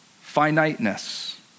finiteness